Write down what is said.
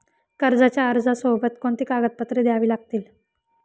कर्जाच्या अर्जासोबत कोणती कागदपत्रे द्यावी लागतील?